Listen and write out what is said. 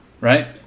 right